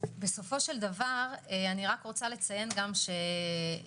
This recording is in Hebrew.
בסופו של דבר אני רוצה לציין שהנציבה,